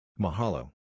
Mahalo